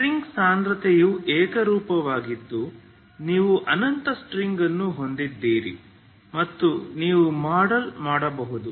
string ಸಾಂದ್ರತೆಯು ಏಕರೂಪವಾಗಿದ್ದು ನೀವು ಅನಂತ ಸ್ಟ್ರಿಂಗ್ ಅನ್ನು ಹೊಂದಿದ್ದೀರಿ ಮತ್ತು ನೀವು ಮಾಡೆಲ್ ಮಾಡಬಹುದು